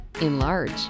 enlarge